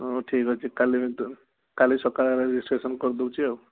ହଉ ଠିକ୍ ଅଛି କାଲି କାଲି ସକାଳେ ରେଜିଷ୍ଟେସନ୍ କରି ଦେଉଛି ଆଉ